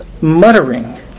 muttering